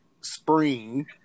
spring